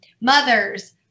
mothers